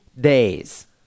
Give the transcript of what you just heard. days